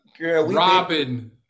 Robin